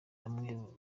bamwe